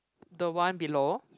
the one below